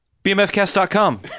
bmfcast.com